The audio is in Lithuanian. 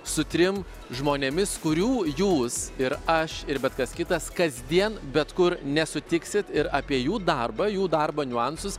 su trim žmonėmis kurių jūs ir aš ir bet kas kitas kasdien bet kur nesutiksit ir apie jų darbą jų darbo niuansus